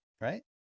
right